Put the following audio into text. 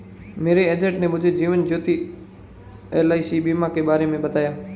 मेरे एजेंट ने मुझे जीवन ज्योति एल.आई.सी बीमा के बारे में बताया